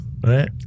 right